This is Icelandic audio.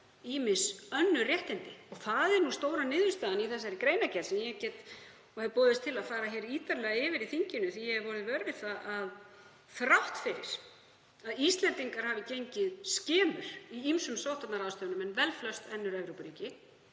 ýmis önnur réttindi. Það er stóra niðurstaðan í þessari greinargerð sem ég hef boðist til að fara ítarlega yfir í þinginu. Ég hef orðið vör við að þrátt fyrir að Íslendingar hafi gengið skemur í ýmsum sóttvarnaráðstöfunum en velflest önnur Evrópuríki